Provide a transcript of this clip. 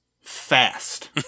fast